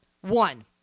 One